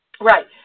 Right